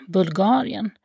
Bulgarien